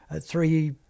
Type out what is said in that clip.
three